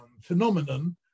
phenomenon